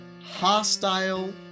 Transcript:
hostile